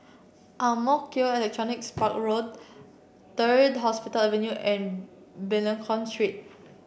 Ang Mo Kio Electronics Park Road Third Hospital Avenue and Benlenco Street